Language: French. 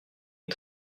une